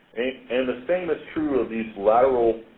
and the thing that's true of these lateral